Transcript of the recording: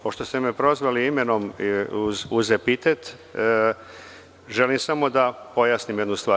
Pošto ste me prozvali imenom uz epitet, želim samo da pojasnim jednu stvar.